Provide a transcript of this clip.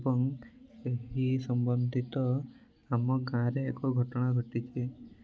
ଏବଂ ଏହି ସମ୍ବନ୍ଧିତ ଆମ ଗାଁରେ ଏକ ଘଟଣା ଘଟିଛି